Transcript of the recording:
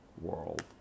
world